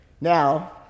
Now